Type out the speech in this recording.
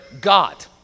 God